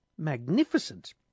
magnificent